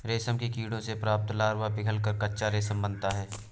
रेशम के कीड़ों से प्राप्त लार्वा पिघलकर कच्चा रेशम बनाता है